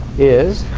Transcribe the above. is